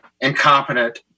incompetent